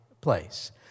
place